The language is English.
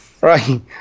right